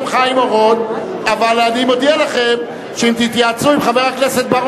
שר המשפטים מרכז את הוועדה, ואני חבר בצוות הזה.